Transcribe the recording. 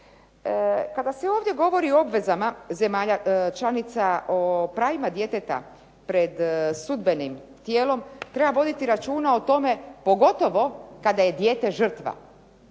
Kada se ovdje govori o obvezama zemalja članica o pravima djeteta pred sudbenim tijelom treba voditi računa o tome pogotovo kada je dijete žrtva.